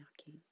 knocking